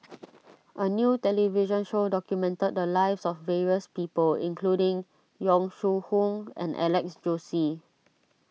a new television show documented the lives of various people including Yong Shu Hoong and Alex Josey